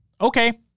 Okay